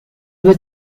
due